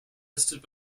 listed